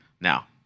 Now